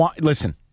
Listen